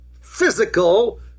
physical